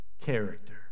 character